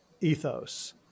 ethos